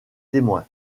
témoins